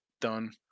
done